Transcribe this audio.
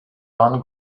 one